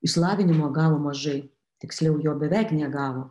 išsilavinimo gavo mažai tiksliau jo beveik negavo